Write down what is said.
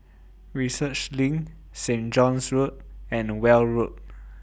Research LINK Saint John's Road and Weld Road